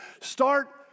Start